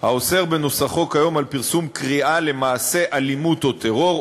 האוסר בנוסחו כיום פרסום קריאה למעשה אלימות או טרור,